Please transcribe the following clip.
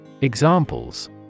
Examples